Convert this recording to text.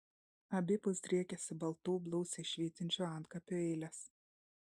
abipus driekėsi baltų blausiai švytinčių antkapių eilės